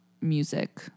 music